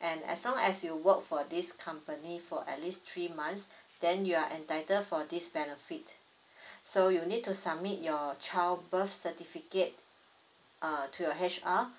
and as long as you work for this company for at least three months then you're entitled for this benefit so you need to submit your child birth certificate err to your H_R